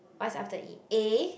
what's after E A